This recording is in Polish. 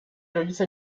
rodzice